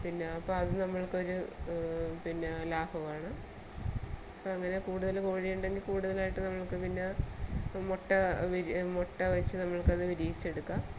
പിന്നെ അപ്പം അത് നമ്മൾക്കൊരു പിന്നെ ലാഭമാണ് അങ്ങനെ കൂടുതൽ കോഴിയുണ്ടെങ്കിൽ കൂടുതലായിട്ട് നമ്മൾക്ക് പിന്ന മുട്ട വിരി മുട്ടവെച്ച് നമ്മൾക്കത് വിരിയിച്ചെടുക്കാൻ